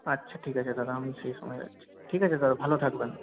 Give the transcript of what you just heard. আচ্ছা ঠিক আছে দাদা আমি সেই সময়ে যাচ্ছি ঠিক আছে দাদা ভালো থাকবেন